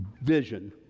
vision